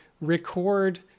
record